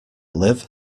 live